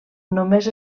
només